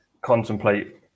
contemplate